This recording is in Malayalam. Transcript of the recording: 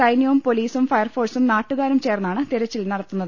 സൈന്യവും പൊലീസും ഫയർഫോഴ്സും നാട്ടുകാരും ചേർന്നാണ് തെരച്ചിൽ നടത്തുന്നത്